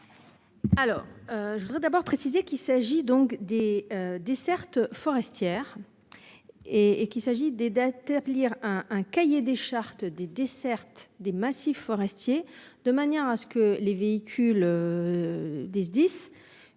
Alors je voudrais d'abord précisé qu'il s'agit donc des dessertes forestières. Et et qu'il s'agit des dettes lire un un cahier des chartes des dessertes des massifs forestiers de manière à ce que les véhicules. Du SDIS